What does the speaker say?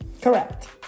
correct